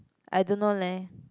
I don't know leh